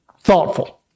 thoughtful